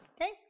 Okay